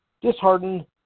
disheartened